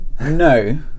no